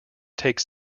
takes